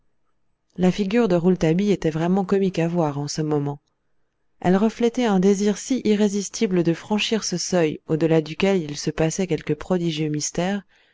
la figure de rouletabille était vraiment comique à voir en ce moment elle reflétait un désir si irrésistible de franchir ce seuil au-delà duquel il se passait quelque prodigieux mystère